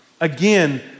again